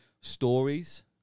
stories